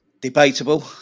debatable